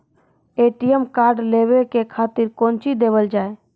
ATM card लेवे के खातिर कौंची देवल जाए?